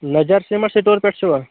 Najar cement store پٮ۪ٹھ چھِوا